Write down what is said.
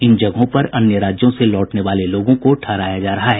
इन जगहों पर अन्य राज्यों से लौटने वाले लोगों को ठहराया जा रहा है